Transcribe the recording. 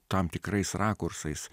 tam tikrais rakursais